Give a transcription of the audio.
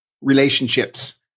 relationships